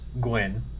gwen